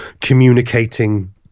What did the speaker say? communicating